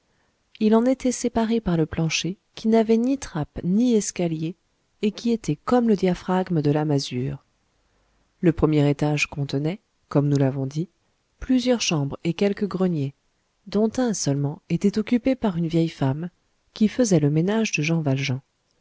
il en était séparé par le plancher qui n'avait ni trappe ni escalier et qui était comme le diaphragme de la masure le premier étage contenait comme nous l'avons dit plusieurs chambres et quelques greniers dont un seulement était occupé par une vieille femme qui faisait le ménage de jean valjean